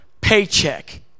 paycheck